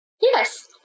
Yes